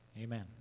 Amen